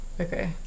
Okay